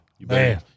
Man